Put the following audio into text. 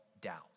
doubt